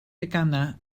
deganau